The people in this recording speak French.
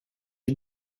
est